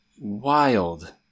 wild